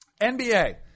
NBA